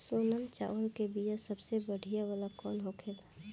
सोनम चावल के बीया सबसे बढ़िया वाला कौन होखेला?